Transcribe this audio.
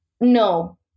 no